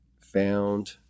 found